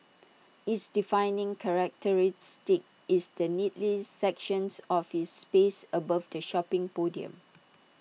its defining characteristic is the neatly sectioned office space above the shopping podium